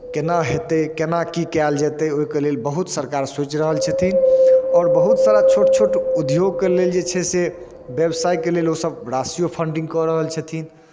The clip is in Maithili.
केना हेतै केना की कयल जेतै ओहिके लेल बहुत सरकार सोचि रहल छथिन आओर बहुत सारा छोट छोट उद्योगके लेल जे छै से व्यवसायके लेल ओसभ राशिओ फंडिंग कऽ रहल छथिन